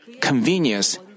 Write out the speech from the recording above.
convenience